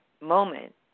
moment